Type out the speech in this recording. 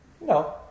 no